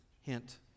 Hint